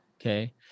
okay